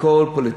הכול פוליטיקה.